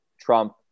Trump